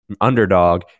underdog